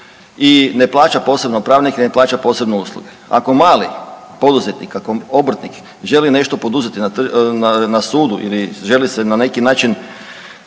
i ne plaća posebno pravnike, ne plaća posebno usluge. Ako mali poduzetnik, ako obrtnik želi nešto želi poduzeti na Sudu ili želi se na neki način